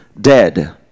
dead